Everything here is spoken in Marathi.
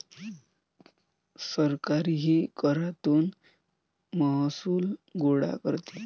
सरकारही करातून महसूल गोळा करते